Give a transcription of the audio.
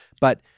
But-